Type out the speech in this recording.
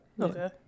Okay